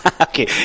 Okay